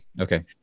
okay